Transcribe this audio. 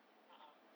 a'ah